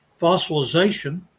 fossilization